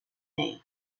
name